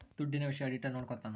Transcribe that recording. ದುಡ್ಡಿನ ವಿಷಯ ಆಡಿಟರ್ ನೋಡ್ಕೊತನ